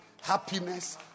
Happiness